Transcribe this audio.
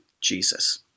Jesus